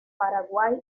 paraguay